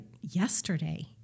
yesterday